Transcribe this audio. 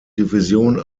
division